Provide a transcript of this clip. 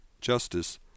Justice